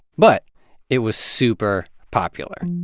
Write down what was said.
but it was super popular.